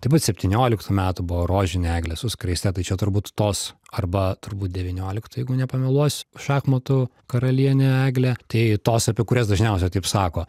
taip pat septynioliktų metų buvo rožinė eglė su skraiste ta čia turbūt tos arba turbūt devynioliktų jeigu nepameluosiu šachmatų karalienė eglė tai tos apie kurias dažniausia taip sako